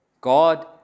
God